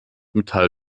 metall